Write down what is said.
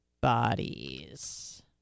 bodies